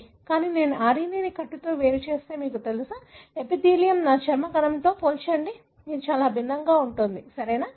కానీ నేను RNA ను కట్టుతో వేరు చేస్తే మీకు తెలుసా ఎపిథీలియం నా చర్మ కణంతో పోల్చండి అది చాలా భిన్నంగా ఉంటుంది సరియైనదా